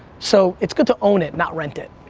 so, it's good to own it, not rent it.